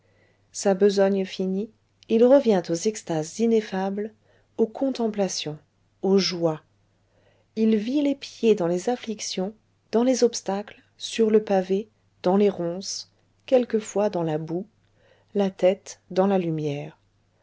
sa besogne finie il revient aux extases ineffables aux contemplations aux joies il vit les pieds dans les afflictions dans les obstacles sur le pavé dans les ronces quelquefois dans la boue la tête dans la lumière